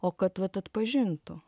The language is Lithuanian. o kad vat atpažintų